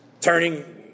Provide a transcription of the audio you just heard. Turning